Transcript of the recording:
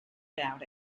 about